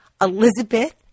Elizabeth